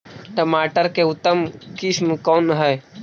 टमाटर के उतम किस्म कौन है?